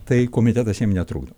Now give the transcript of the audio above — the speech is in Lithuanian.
tai komitetas jiem netrukdo